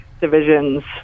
divisions